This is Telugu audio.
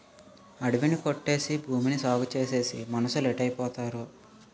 అడివి ని కొట్టేసి భూమిని సాగుచేసేసి మనుసులేటైపోతారో